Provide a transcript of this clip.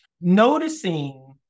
noticing